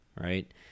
right